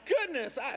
goodness